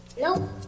Nope